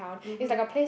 mmhmm